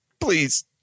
please